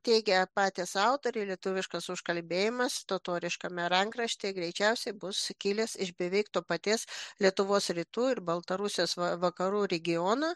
teigia patys autoriai lietuviškas užkalbėjimas totoriškame rankraštyje greičiausiai bus kilęs iš beveik to paties lietuvos rytų ir baltarusijos va vakarų regiono